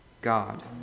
God